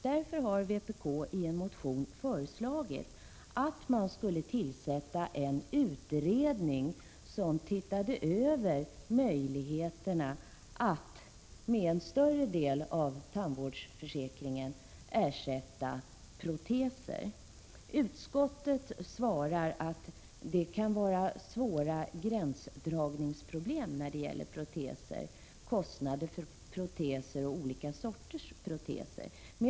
Därför har vpk i en motion föreslagit att man skulle tillsätta en utredning som ser över möjligheterna att med en större del av tandvårdsförsäkringen än som för närvarande gäller ersätta proteskostnader. Utskottet svarar att det kan uppstå svåra gränsdragningsproblem beträffande proteser; kostnader för proteser och olika sorters proteser bl.a.